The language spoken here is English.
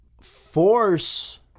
force